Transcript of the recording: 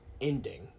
ending